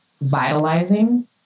vitalizing